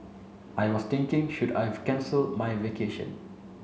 I was thinking should I cancel my vacation